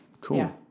Cool